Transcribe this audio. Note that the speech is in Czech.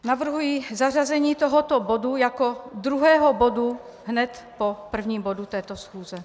Navrhuji zařazení tohoto bodu jako druhého bodu hned po prvním bodu této schůze.